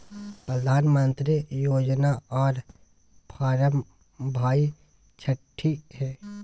प्रधानमंत्री योजना आर फारम भाई छठी है?